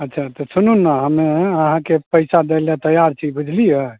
अच्छा तऽ सुनु ने हमे अहाँकेँ पैसा दै लाए तैआर छी बुझलियै